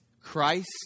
Christ